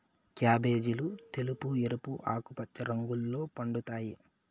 క్యాబేజీలు తెలుపు, ఎరుపు, ఆకుపచ్చ రంగుల్లో పండుతాయి